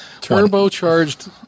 Turbocharged